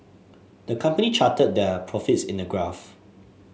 the company charted their profits in a graph